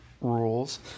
rules